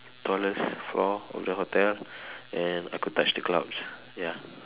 tallest floor of the hotel and I could touch the clouds ya